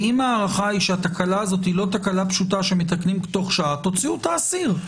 ואם ההערכה שהתקלה אינה פשוטה שמתקנים תוך שעה תוציאו את האסיר.